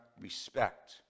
respect